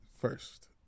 first